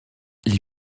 les